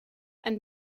and